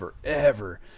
forever